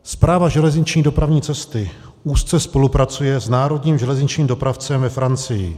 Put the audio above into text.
Správa železniční dopravní cesty úzce spolupracuje s národním železničním dopravcem ve Francii.